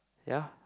ya